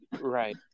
Right